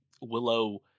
willow